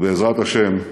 ובעזרת השם,